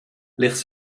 ligt